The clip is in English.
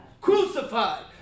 crucified